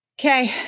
Okay